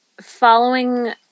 following